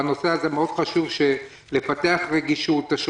מאוד חשוב לפתח רגישות בנושא הזה.